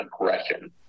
aggression